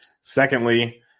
Secondly